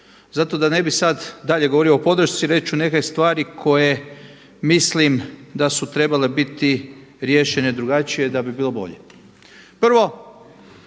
Zato da ne bih sad dalje govorio o podršci reći ću neke stvari koje mislim da su trebale biti riješene drugačije da bi bilo bolje. Prvo,